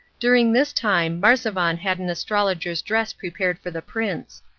during this time marzavan had an astrologer's dress prepared for the prince.